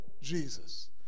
Jesus